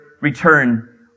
return